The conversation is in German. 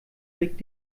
regt